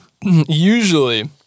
Usually